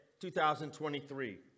2023